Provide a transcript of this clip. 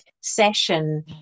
session